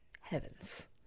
Heavens